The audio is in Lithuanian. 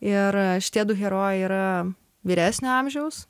ir šitie du herojai yra vyresnio amžiaus